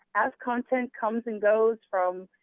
as content comes and goes from